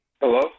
Hello